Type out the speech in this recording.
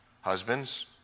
Husbands